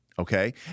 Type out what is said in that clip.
Okay